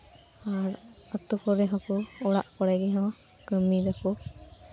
ᱟᱨ ᱟᱛᱳ ᱠᱚᱨᱮ ᱦᱚᱸᱠᱚ ᱚᱲᱟᱜ ᱠᱚᱨᱮ ᱦᱚᱸ ᱠᱟᱹᱢᱤᱭ ᱫᱟᱠᱚ